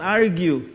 argue